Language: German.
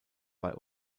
bei